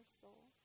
soul